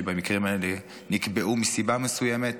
שבמקרים האלה נקבעו מסיבה מסוימת,